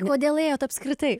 kodėl ėjot apskritai